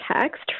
text